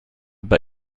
bei